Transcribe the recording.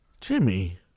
Jimmy